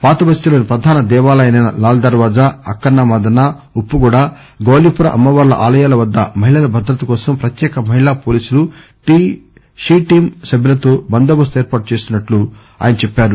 పాతబస్తీ లోని ప్రధాన దేవాలయాలైన లాల్ దర్వాజ అక్కన్న మాదన్న ఉప్పుగూడ గౌలీపుర అమ్మవార్ల ఆలయాల వద్ద మహిళల భద్రత కోసం ప్రత్యేక మహిళా పోలీసులు షీ టీమ్ సభ్యులతో బందోబస్తు ఏర్పాటు చేస్తున్నట్లు ఆయన చెప్పారు